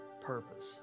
purpose